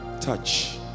Touch